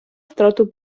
втрату